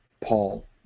Paul